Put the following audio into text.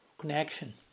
connection